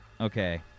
Okay